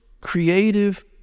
creative